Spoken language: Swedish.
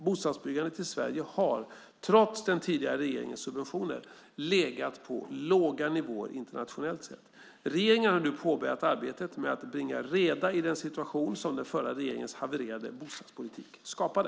Bostadsbyggandet i Sverige har, trots den tidigare regeringens subventioner, legat på låga nivåer internationellt sett. Regeringen har nu påbörjat arbetet med att bringa reda i den situation som den förra regeringens havererade bostadspolitik skapade.